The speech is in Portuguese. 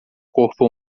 corpo